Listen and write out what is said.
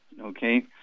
okay